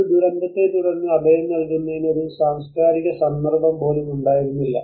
ഒരു ദുരന്തത്തെ തുടർന്ന് അഭയം നൽകുന്നതിന് ഒരു സാംസ്കാരിക സന്ദർഭം പോലും ഉണ്ടായിരുന്നില്ല